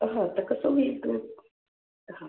हा आता कसं मी इथून हा